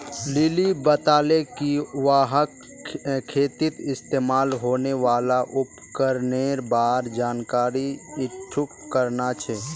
lily बताले कि वहाक खेतीत इस्तमाल होने वाल उपकरनेर बार जानकारी इकट्ठा करना छ